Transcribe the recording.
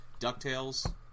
DuckTales